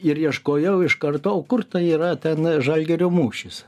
ir ieškojau iš karto o kur tai yra ten žalgirio mūšis